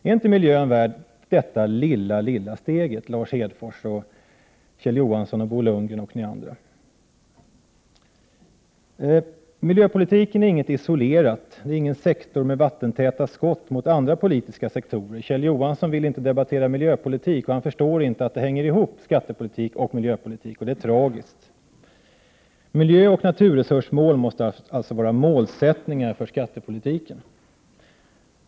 Är inte miljön värd detta lilla, lilla steg, Lars Hedfors, Kjell Johansson, Bo Lundgren och ni andra? Miljöpolitiken är inget isolerat. Det är ingen sektor med vattentäta skott mot andra politiska sektorer. Kjell Johansson vill inte debattera miljöpolitik, och han förstår inte att skattepolitik och miljöpolitik hänger ihop. Det är tragiskt. Miljöoch naturresursmål måste alltså vara målsättningar för skattepolitiken.